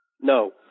no